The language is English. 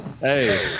Hey